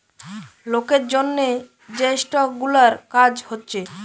লোকের জন্যে যে স্টক গুলার কাজ হচ্ছে